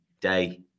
day